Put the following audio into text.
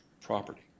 property